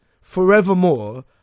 forevermore